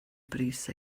brys